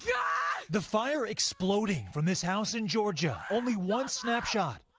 yeah the fire exploding from this house in georgia. only one snapshot.